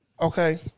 Okay